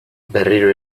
berriro